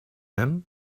him